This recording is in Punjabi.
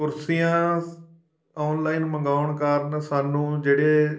ਕੁਰਸੀਆਂ ਔਨਲਾਈਨ ਮੰਗਾਉਣ ਕਾਰਨ ਸਾਨੂੰ ਜਿਹੜੇ